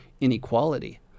inequality